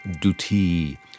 duty